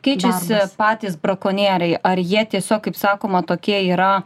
keičiasi patys brakonieriai ar jie tiesiog kaip sakoma tokie yra